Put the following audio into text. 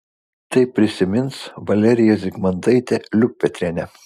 tai prisimins valerija zigmantaitė liukpetrienė